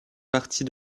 partie